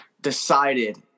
decided